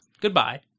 Goodbye